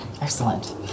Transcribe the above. Excellent